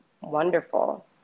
wonderful